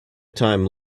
time